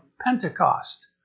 Pentecost